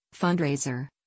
fundraiser